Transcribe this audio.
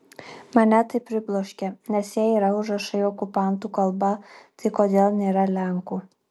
mane tai pribloškė nes jei yra užrašai okupantų kalba tai kodėl nėra lenkų